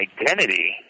identity